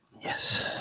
Yes